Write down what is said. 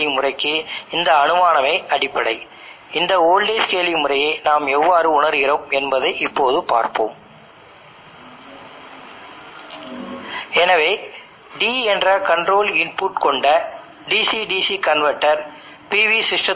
9 க்கு சமம் ஆகும் நீங்கள் அதன் டேட்டா சீட்டில் இருந்து ஒரு PV பேனலைத் தேர்ந்தெடுத்தவுடன் நீங்கள் இந்த மாறிலியின் மதிப்பு என்னவென்று அறியலாம்